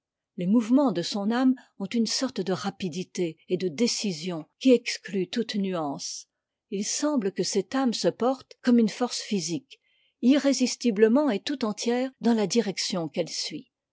les mouvements de son âme ont une sorte de rapidité et de décision qui exclut toute nuance il semble que cette âme se porte comme une force physique irrésistiblement et tout entière dans la direction qu'elle suit